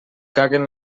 caguen